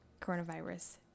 coronavirus